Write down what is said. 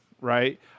right